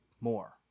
more